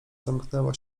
zamknęła